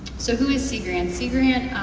so who is sea grant, sea grant,